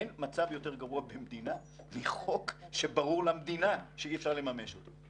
אין מצב יותר גרוע במדינה מחוק שברור למדינה שאי אפשר לממש אותו.